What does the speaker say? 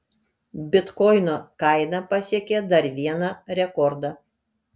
bitkoino kaina pasiekė dar vieną rekordą